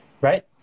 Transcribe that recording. right